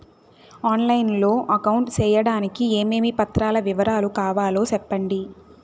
On line లో account సేయడానికి ఏమేమి పత్రాల వివరాలు కావాలో సెప్పండి?